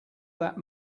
that